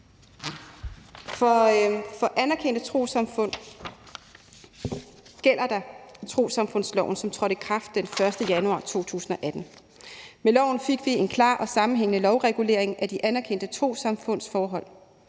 For anerkendte trossamfund gælder der trossamfundsloven, som trådte i kraft den 1. januar 2018. Med loven fik vi en klar og sammenhængende lovregulering af de anerkendte trossamfunds forhold.